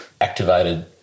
activated